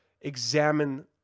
examine